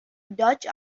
dutch